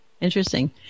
interesting